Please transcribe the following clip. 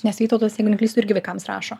nes vytautas jeigu neklystu irgi vaikams rašo